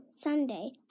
Sunday